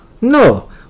No